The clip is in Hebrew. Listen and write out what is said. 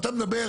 גם דיון שם,